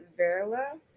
Verla